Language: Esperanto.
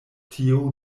tio